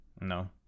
no